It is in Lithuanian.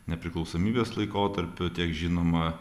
nepriklausomybės laikotarpiu tiek žinoma